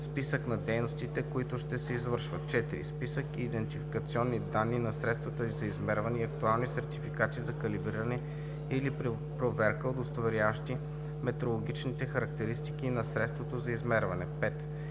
списък на дейностите, които ще се извършват; 4. списък и идентификационни данни на средствата за измерване и актуални сертификати за калибриране или проверка, удостоверяващи метрологичните характеристики на средството за измерване; 5.